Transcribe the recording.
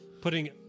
putting